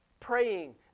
Praying